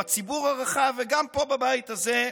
בציבור הרחב וגם פה בבית הזה,